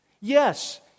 yes